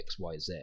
xyz